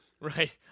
Right